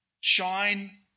Shine